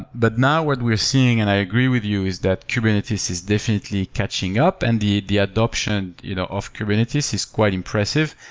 but now, what we're seeing, and i agree with you, is that kubernetes is definitely caching up and the the adoption you know of kubernetes is quite impressive.